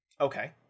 okay